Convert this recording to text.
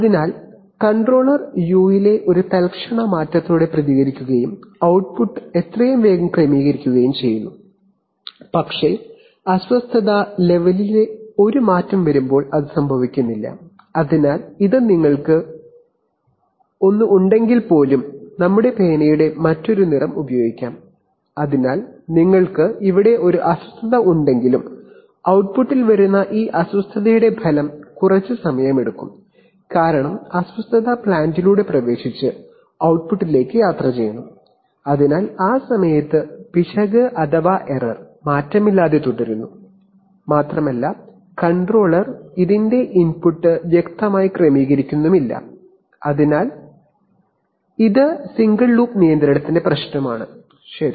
അതിനാൽ controller u യുയിലെ ഒരു തൽക്ഷണ മാറ്റത്തോടെ പ്രതികരിക്കുകയും output ട്ട്പുട്ട് എത്രയും വേഗം ക്രമീകരിക്കുകയും ചെയ്യുന്നു പക്ഷേ അസ്വസ്ഥത ലെവലിൽ ഒരു മാറ്റം വരുമ്പോൾ അത് സംഭവിക്കുന്നില്ല നമുക്ക് പേനയുടെ മറ്റൊരു നിറം ഉപയോഗിക്കാം അതിനാൽ നിങ്ങൾക്ക് ഇവിടെ ഒരു അസ്വസ്ഥത ഉണ്ടെങ്കിലും output ട്ട്പുട്ടിൽ വരുന്ന ഈ അസ്വസ്ഥതയുടെ ഫലം കുറച്ച് സമയമെടുക്കും കാരണം അസ്വസ്ഥത പ്ലാന്റിലൂടെ പ്രവേശിച്ച് output ട്ട്പുട്ടിലേക്ക് യാത്രചെയ്യണം അതിനാൽ ആ സമയത്ത് പിശക് മാറ്റമില്ലാതെ തുടരുന്നു മാത്രമല്ല കൺട്രോളർ അതിന്റെ ഇൻപുട്ട് വ്യക്തമായി ക്രമീകരിക്കുന്നില്ല അതിനാൽ ഇത് ഇതാണ് ഇത് സിംഗിൾ ലൂപ്പ് നിയന്ത്രണത്തിന്റെ പ്രശ്നമാണ് ശരി